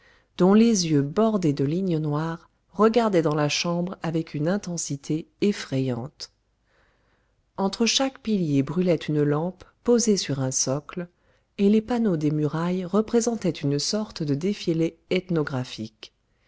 dont les yeux bordés de lignes noires regardaient dans la chambre avec une intensité effrayante entre chaque pilier brûlait une lampe posée sur un socle et les panneaux des murailles représentaient une sorte de défilé ethnographique